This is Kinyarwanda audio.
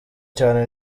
cyane